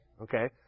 Okay